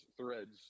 threads